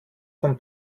von